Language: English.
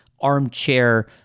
armchair